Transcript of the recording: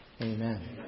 Amen